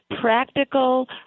practical